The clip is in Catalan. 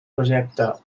projecta